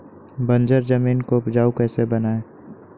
बंजर जमीन को उपजाऊ कैसे बनाय?